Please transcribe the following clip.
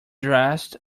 dressed